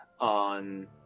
on